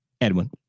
Edwin